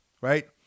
right